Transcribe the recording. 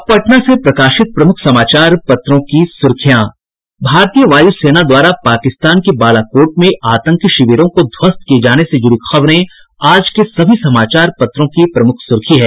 अब पटना से प्रकाशित प्रमुख समाचार पत्रों की सुर्खियां भारतीय वायुसेना द्वारा पाकिस्तान के बालाकोट में आतंकी शिविरों को ध्वस्त किये जाने से जुड़ी खबरें आज के सभी समाचार पत्रों की प्रमुख सुर्खी है